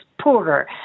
poorer